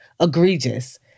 egregious